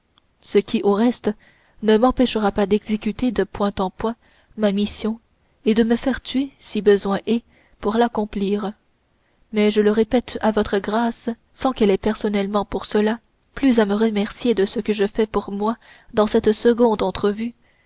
ce qui au reste ne m'empêchera pas d'exécuter de point en point ma mission et de me faire tuer si besoin est pour l'accomplir mais je le répète à votre grâce sans qu'elle ait personnellement pour cela plus à me remercier de ce que je fais pour moi dans cette seconde entrevue